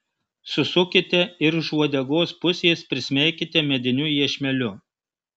susukite ir iš uodegos pusės prismeikite mediniu iešmeliu